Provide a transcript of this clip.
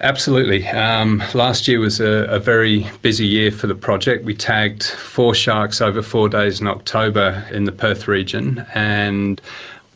absolutely. um last year was a ah very busy year for the project. we tagged four sharks over four days in october in the perth region, and